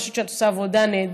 אני חושבת שאת עושה עבודה נהדרת.